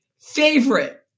favorite